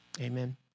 Amen